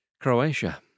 Croatia